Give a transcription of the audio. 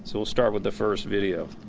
so we'll start with the first video.